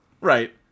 Right